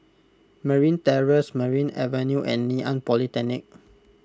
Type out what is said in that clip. Merryn Terrace Merryn Avenue and Ngee Ann Polytechnic